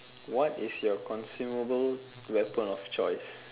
what is your consumable weapon of choice